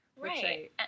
Right